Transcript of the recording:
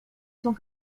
tant